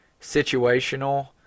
situational